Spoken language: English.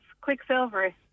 Quicksilver